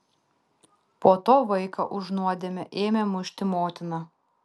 po to vaiką už nuodėmę ėmė mušti motina